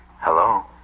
Hello